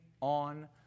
on